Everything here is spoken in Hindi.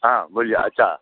हाँ बोलिए अच्छा